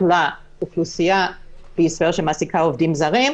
לאוכלוסייה בישראל שמעסיקה עובדים זרים,